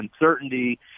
uncertainty